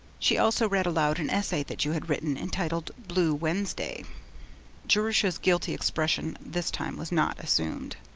she also read aloud an essay that you had written entitled, blue wednesday jerusha's guilty expression this time was not assumed.